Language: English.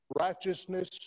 righteousness